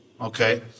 okay